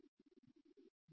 പൊതുവായി ഉള്ളതായിരിക്കും